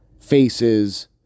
Faces